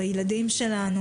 בילדים שלנו